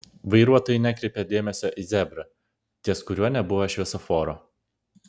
vairuotojai nekreipė dėmesio į zebrą ties kuriuo nebuvo šviesoforo